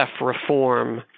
reform